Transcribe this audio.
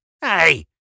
Hey